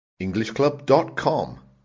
Englishclub.com